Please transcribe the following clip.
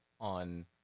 on